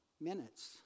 minutes